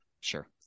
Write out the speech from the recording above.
Sure